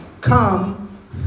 come